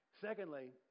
Secondly